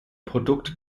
produkt